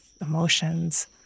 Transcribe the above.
emotions